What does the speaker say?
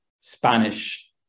Spanish